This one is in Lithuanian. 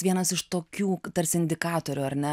vienas iš tokių tarsi indikatorių ar ne